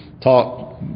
talk